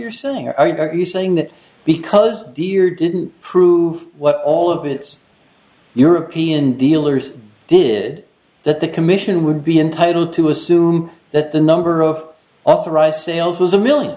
you're saying are you saying that because deer didn't prove what all of its european dealers did that the commission would be entitled to assume that the number of authorized sales was